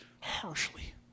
harshly